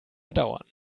bedauern